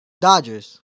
Dodgers